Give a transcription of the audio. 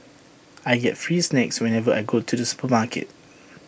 I get tree snacks whenever I go to the supermarket